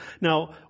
Now